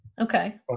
Okay